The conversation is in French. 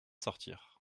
sortir